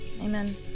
Amen